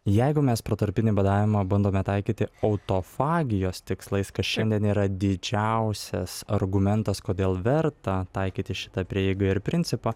jeigu mes protarpinį badavimą bandome taikyti autofagijos tikslais kas šiandien yra didžiausias argumentas kodėl verta taikyti šitą prieigą ir principą